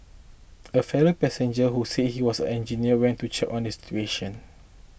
a fellow passenger who said he was a engineer went to check on this situation